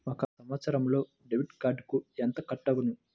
ఒక సంవత్సరంలో డెబిట్ కార్డుకు ఎంత కట్ అగును?